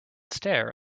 stare